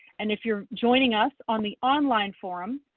and if you're joining us on the online forum,